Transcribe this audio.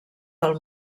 del